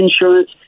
insurance